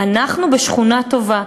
אנחנו בשכונה טובה.